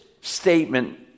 statement